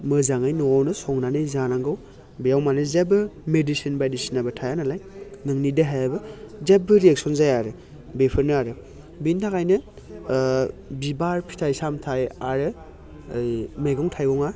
मोजाङै न'आवनो संनानै जानांगौ बेयाव माने जेबो मेडिसिन बायदिसिनाबो थाया नालाय नोंनि देहायाबो जेबो रियेकसन जाया आरो बेफोरनो आरो बेनि थाखायनो बिबार फिथाइ सामथाय आरो ओइ मैगं थाइगङा